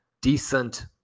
decent